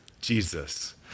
Jesus